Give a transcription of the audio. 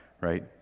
right